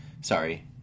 Sorry